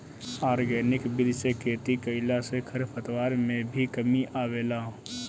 organic विधि से खेती कईला से खरपतवार में भी कमी आवेला